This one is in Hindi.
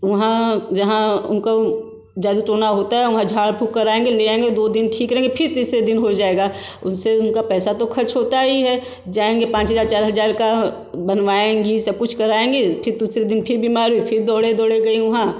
वहाँ जहाँ उनका जादू टोना होता है वहाँ झाड़ फूँक कराएँगे ले आएंगे दो दिन ठीक रहेंगे फिर तीसरे दिन हो जाएगा उससे उनका पैसा तो ख़र्च होता ही है जाएंगे पाँच हज़ार चार हज़ार का बनवाएंगी सब कुछ कराएँगी फिर दुसरे दिन फिर बीमार फिर दौड़े दौड़े गईं वहाँ